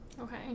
okay